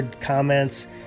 comments